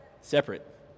Separate